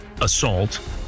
assault